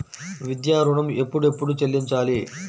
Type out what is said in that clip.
విద్యా ఋణం ఎప్పుడెప్పుడు చెల్లించాలి?